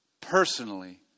personally